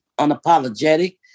unapologetic